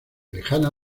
lejana